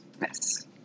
Yes